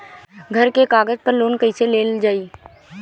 घर के कागज पर लोन कईसे लेल जाई?